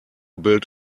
build